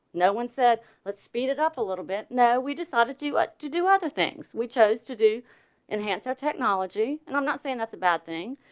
no one said, let's speed. it up a little bit now. we decided to up to do other things. we chose to do enhance their technology and i'm not saying that's a bad thing.